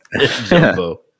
Jumbo